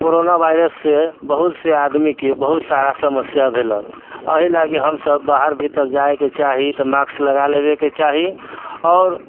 corona वायरससँ बहुतसँ आदमीके बहुत सारा समस्या भेलक एहि लागि हम सभ बाहर भीतर जाएके चाही तऽ मास्क लगा लेबेके चाही आओर